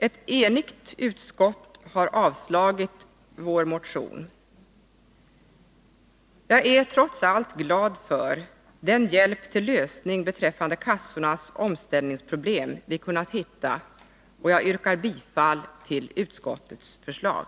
Ett enigt utskott har avstyrkt vår motion. Jag är trots allt glad för den hjälp till lösning beträffande kassornas omställningsproblem vi kunnat hitta, och jag yrkar bifall till utskottets förslag.